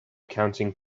counting